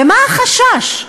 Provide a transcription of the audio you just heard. ומה החשש?